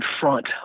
front